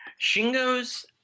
Shingo's